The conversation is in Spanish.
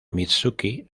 mitsuki